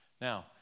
Now